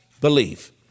believe